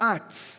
Acts